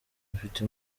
mfite